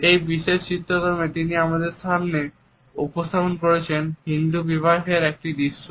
এই বিশেষ চিত্রকর্মে তিনি আমাদের সামনে উপস্থাপন করেছেন হিন্দু বিবাহের একটি দৃশ্য